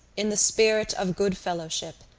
in the spirit of good-fellowship,